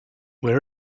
where